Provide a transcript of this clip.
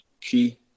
key